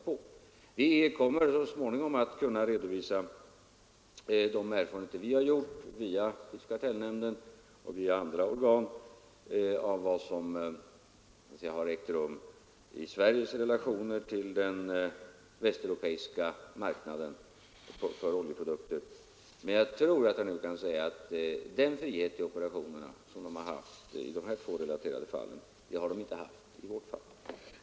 Vi kommer så småningom att kunna redovisa de erfarenheter vi har gjort via prisoch kartellnämnden och via andra organ från Sveriges relationer till den västeuropeiska marknaden för oljeprodukter. Men jag tror att jag nu kan säga att den frihet i operationerna som oljebolagen haft i de två här relaterade fallen har de inte haft i vårt land.